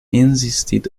insisted